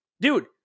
dude